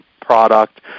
product